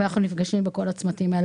חשוב לי